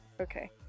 Okay